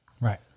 Right